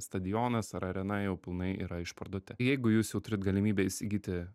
stadionas ar arena jau pilnai yra išparduoti jeigu jūs jau turit galimybę įsigyti